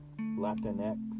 Latinx